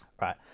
right